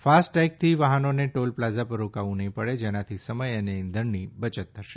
ફાસ્ટટૈગથી વાહનોને toll plaza પર રોકાવું નહીં પડે જેનાથી સમય અને ઇંધણની બચત થશે